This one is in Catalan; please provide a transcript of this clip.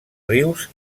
rius